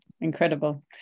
Incredible